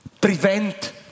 prevent